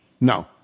No